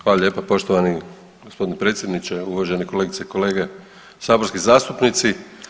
Hvala lijepa poštovani g. predsjedniče, uvažene kolegice i kolege saborski zastupnici.